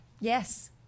Yes